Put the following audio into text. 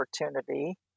opportunity